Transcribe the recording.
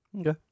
Okay